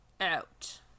out